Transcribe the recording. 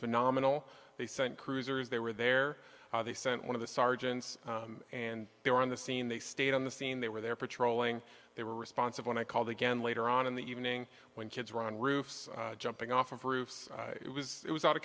phenomenal they sent cruisers they were there they sent one of the sergeants and they were on the scene they stayed on the scene they were there patrolling they were responsive when i called again later on in the evening when kids were on roofs jumping off of roofs it was it was out of